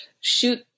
shoot